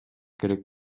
керек